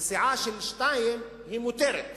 וסיעה של שניים, מותרת.